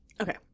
Okay